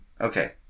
Okay